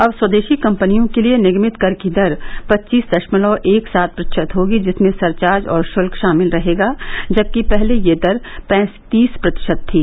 अब स्वदेशी कम्पनियों के लिए निगमित कर की दर पच्चीस दशमलव एक सात प्रतिशत होगी जिसमें सरचार्ज और श्ल्क शामिल रहेगा जबकि पहले यह दर पैंतीस प्रतिशत थी